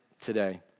today